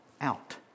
out